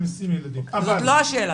זאת לא השאלה שלי.